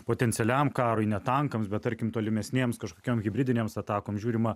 potencialiam karui ne tankams bet tarkim tolimesnėms kažkokiom hibridinėms atakoms žiūrima